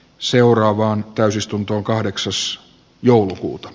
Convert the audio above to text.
seuraavaan täysistuntoon kahdeksas joulukuuta